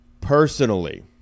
Personally